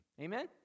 Amen